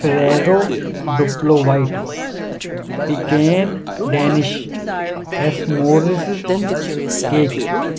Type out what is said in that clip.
Ferrero Duplo white beacon Danish S mores cake